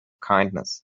kindness